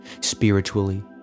spiritually